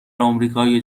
آمریکای